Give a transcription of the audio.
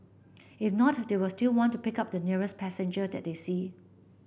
if not they will still want to pick up the nearest passenger that they see